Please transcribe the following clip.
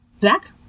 Zach